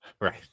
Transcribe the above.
Right